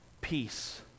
Peace